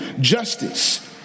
justice